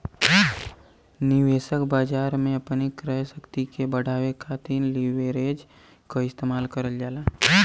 निवेशक बाजार में अपनी क्रय शक्ति के बढ़ावे खातिर लीवरेज क इस्तेमाल करल जाला